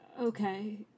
Okay